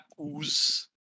ooze